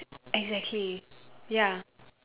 exactly ya